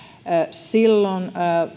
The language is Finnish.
silloin